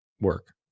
work